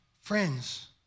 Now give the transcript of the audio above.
friends